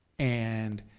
and